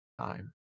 time